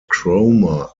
cromer